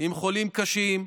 עם חולים קשים.